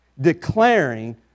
declaring